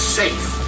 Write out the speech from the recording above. safe